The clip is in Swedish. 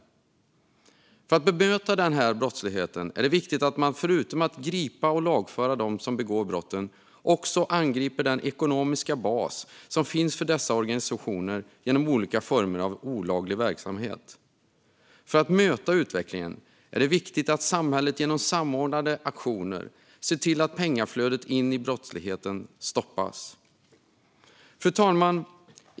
För att bemöta denna brottslighet är det viktigt att man förutom att gripa och lagföra dem som begår brotten också angriper den ekonomiska basen för dessa organisationer i form av olika typer av olaglig verksamhet. För att möta utvecklingen är det viktigt att samhället genom samordnade aktioner ser till att pengaflödet in i brottsligheten stoppas. Fru talman!